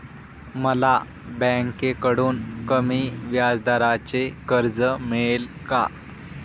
मला बँकेकडून कमी व्याजदराचे कर्ज मिळेल का?